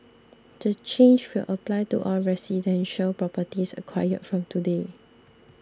the change will apply to all residential properties acquired from today